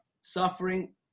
suffering